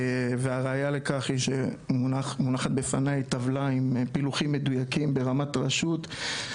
והראיה לכך היא שמונחת לפני טבלה עם פילוחים מדויקים ברמת רשות,